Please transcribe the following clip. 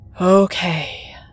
Okay